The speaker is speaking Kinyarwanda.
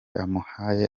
amuhaye